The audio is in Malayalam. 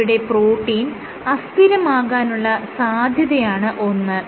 ഇവിടെ പ്രോട്ടീൻ അസ്ഥിരമാകാനുള്ള സാധ്യതയാണ് ഒന്ന്